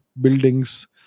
buildings